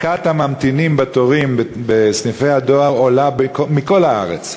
הממתינים בתורים בסניפי הדואר עולה מכל הארץ.